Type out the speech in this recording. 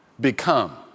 Become